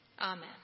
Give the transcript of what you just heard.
Amen